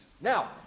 now